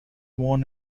worn